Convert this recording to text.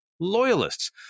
loyalists